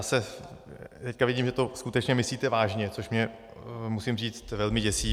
Teď vidím, že to skutečně myslíte vážně, což mě, musím říct, velmi děsí.